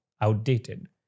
outdated